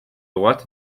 droite